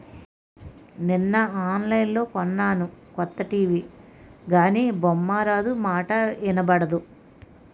నిన్న ఆన్లైన్లో కొన్నాను కొత్త టీ.వి గానీ బొమ్మారాదు, మాటా ఇనబడదు